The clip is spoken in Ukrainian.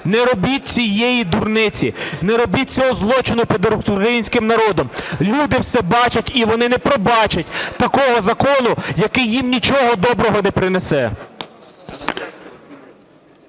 Не робіть цієї дурниці, не робіть цього злочину над українським народом! Люди все бачать і вони не пробачать такого закону, який їм нічого доброго не принесе.